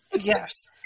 Yes